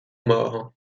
mar